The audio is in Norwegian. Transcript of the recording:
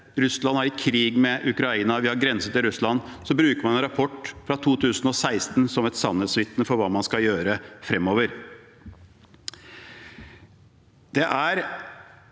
Russland er i krig med Ukraina, og vi grenser til Russland – bruker man en rapport fra 2016 som sannhetsvitne for hva man skal gjøre fremover. Det er